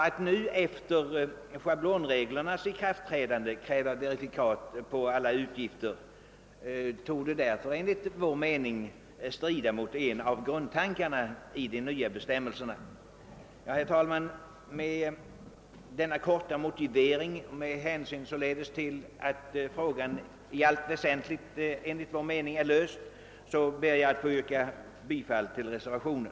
Att nu efter schablonreglernas ikraftträdande kräva verifikationer på alla utgifter strider enligt vår mening mot en av grundtankarna i de nya bestämmelserna. Med denna korta motivering och med hänsyn till att frågan enligt vår mening i allt väsentligt är löst ber jag att få yrka bifall till reservationen.